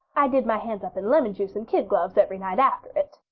i did my hands up in lemon juice and kid gloves every night after it.